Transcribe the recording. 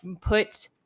put